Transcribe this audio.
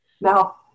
No